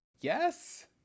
yes